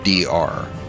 DR